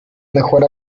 mejor